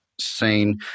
seen